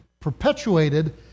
perpetuated